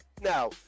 Now